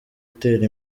utera